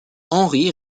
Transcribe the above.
henri